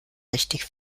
richtig